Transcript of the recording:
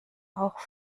auch